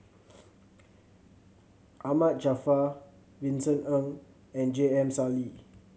Ahmad Jaafar Vincent Ng and J M Sali